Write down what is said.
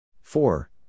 four